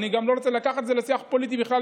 אני גם לא רוצה לקחת את זה לשיח פוליטי בכלל,